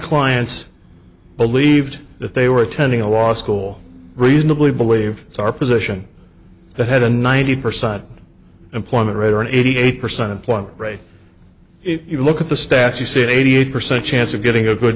clients believed if they were attending a law school reasonably believe it's our position that had a ninety percent employment rate or an eighty eight percent employment rate if you look at the stats you see an eighty eight percent chance of getting a good